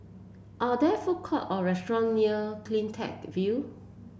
are there food courts or restaurants near CleanTech View